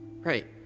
Right